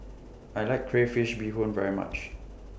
I like Crayfish Beehoon very much